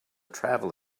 travel